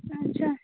अच्छा